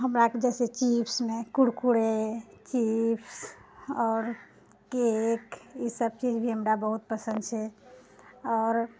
हमराके जाहिसँ चिप्समे कुरकुरे चिप्स आओर केक ई सब चीज भी हमरा बहुत पसन्द छै आओर